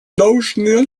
должны